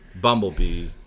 Bumblebee